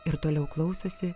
ir toliau klausosi